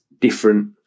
different